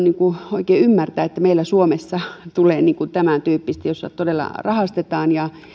oikein ymmärtää että meillä suomessa tulee tämäntyyppistä jossa todella rahastetaan ja